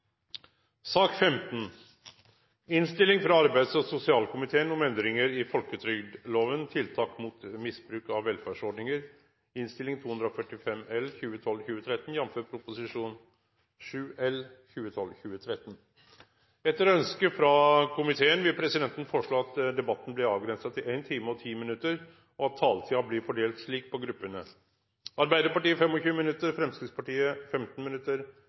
sak nr. 15. Etter ønske fra arbeids- og sosialkomiteen vil presidenten foreslå at debatten blir begrenset til 1 time og 10 minutter, og at taletiden blir fordelt slik på gruppene: Arbeiderpartiet 25 minutter, Fremskrittspartiet 15 minutter,